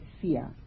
fear